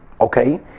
okay